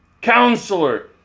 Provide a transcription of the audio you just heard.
Counselor